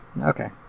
Okay